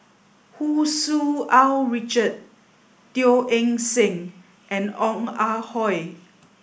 Hu Tsu Tau Richard Teo Eng Seng and Ong Ah Hoi